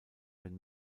den